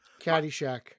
caddyshack